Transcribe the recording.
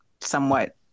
somewhat